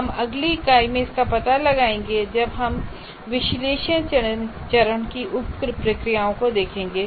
हम अगली इकाई में इसका पता लगाएंगे जब हम विश्लेषण चरण की उप प्रक्रियाओं को देखेंगे